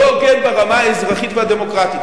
לא הוגן ברמה האזרחית והדמוקרטית.